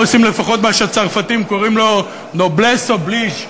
לפחות מה שהצרפתים קוראים לו noblesse oblige.